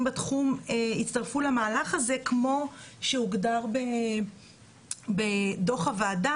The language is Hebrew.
בתחום יצטרפו למהלך הזה כמו שהוגדר בדוח הוועדה,